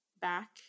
back